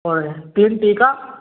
और तीन टीका